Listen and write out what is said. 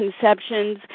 conceptions